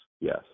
Yes